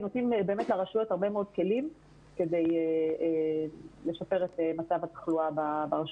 נותנים לרשויות הרבה מאוד כלים כדי לשפר את מצב התחלואה ברשות.